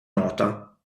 nota